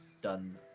done